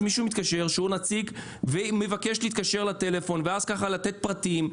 אז מישהו מתקשר שהוא נציג ומבקש להתקשר לטלפון ואז ככה לתת פרטים.